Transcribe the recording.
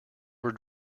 were